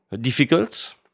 difficult